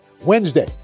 Wednesday